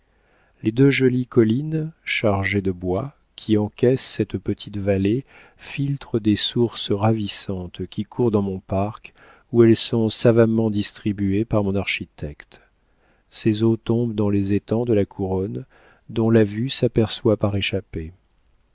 les deux jolies collines chargées de bois qui encaissent cette petite vallée filtrent des sources ravissantes qui courent dans mon parc où elles sont savamment distribuées par mon architecte ces eaux tombent dans les étangs de la couronne dont la vue s'aperçoit par échappées